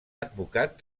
advocat